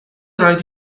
raid